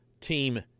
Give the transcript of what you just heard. team